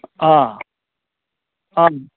অঁ হয়